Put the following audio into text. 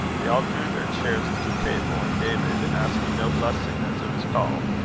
they all drew their chairs to the table, and david, asking no blessing, as it was called,